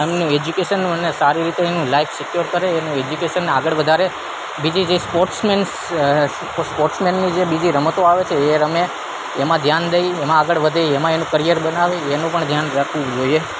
અને એજ્યુકેશનનું અને સારી રીતે એની લાઈફ સિક્યોર કરે એનું એજ્યુકેશન આગળ વધારે બીજી જે સ્પોટ્સમેન્સ સ્પોટ્સમેનનું જે બીજી રમતો આવે છે એ રમે તેમાં ધ્યાન દઈ તેમાં આગળ વધે એમાં એનું કરિયર બનાવે એનું પણ ધ્યાન રાખવું જોઈએ